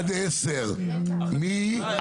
לא,